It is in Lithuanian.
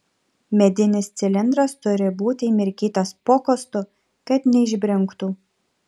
medinis cilindras turi būti įmirkytas pokostu kad neišbrinktų